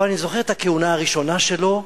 אבל אני זוכר את הכהונה הראשונה שלו.